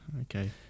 Okay